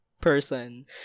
person